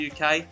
UK